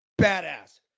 badass